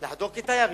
לחדור כתיירים,